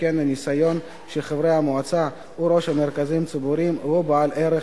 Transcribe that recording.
שכן לניסיון שחברי המועצה וראשי המרכזים צוברים יש ערך